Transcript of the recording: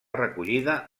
recollida